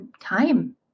time